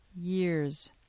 years